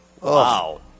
Wow